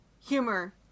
humor